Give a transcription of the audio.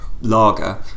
Lager